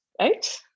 eight